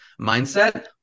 mindset